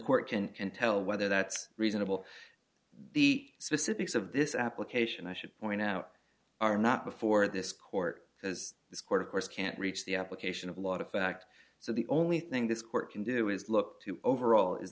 court can can tell whether that's reasonable the specifics of this application i should point out are not before this court because this court of course can't reach the application of lot of fact so the only thing this court can do is look to overall is